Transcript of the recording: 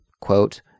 quote